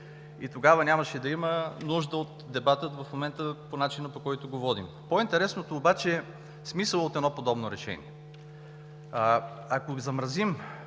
Тогава нямаше да има нужда от дебата в момента по начина, по който го водим. По-интересното обаче е смисълът на едно подобно решение. Ако Ви замразим